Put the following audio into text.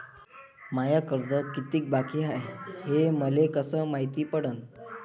माय कर्ज कितीक बाकी हाय, हे मले कस मायती पडन?